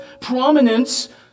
prominence